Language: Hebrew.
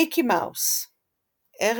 מיקי מאוס ערך